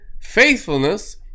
Faithfulness